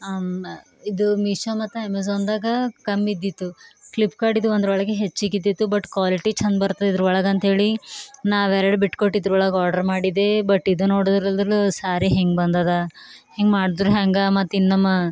ಇದು ಮೀಶೋ ಮತ್ತು ಅಮೆಝಾನ್ದಾಗ ಕಮ್ಮಿದ್ದಿತ್ತು ಫ್ಲಿಪ್ಕಾರ್ಡಿದು ಒಂದರೊಳಗೆ ಹೆಚ್ಚಿಗಿದ್ದಿತ್ತು ಬಟ್ ಕ್ವಾಲಿಟಿ ಚಂದ ಬರ್ತದೆ ಇದ್ರೊಳಗೆ ಅಂತ್ಹೇಳಿ ನಾವೆರಡು ಬಿಟ್ಕೊಟ್ಟಿದ್ರೊಳಗೆ ಆರ್ಡ್ರ್ ಮಾಡಿದೆ ಬಟ್ ಇದು ನೋಡದ್ರಲ್ದ್ರ ಸ್ಯಾರಿ ಹಿಂಗೆ ಬಂದದ ಹಿಂಗೆ ಮಾಡ್ದ್ರೆ ಹ್ಯಾಂಗ ಮತ್ತೆ ಇನ್ನೊಮ್ಮೆ